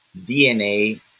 DNA